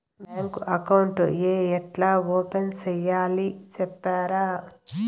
Bank account ఏ ఎట్లా open సేయాలి సెప్తారా?